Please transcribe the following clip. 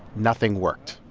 nothing worked.